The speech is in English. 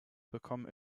become